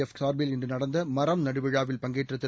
எப் சார்பில் இன்று நடந்த மரம் நடுவிழாவில் பங்கேற்ற திரு